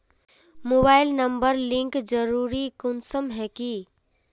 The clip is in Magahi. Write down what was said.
मोबाईल नंबर लिंक जरुरी कुंसम है की?